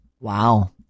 Wow